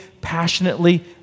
passionately